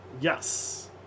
Yes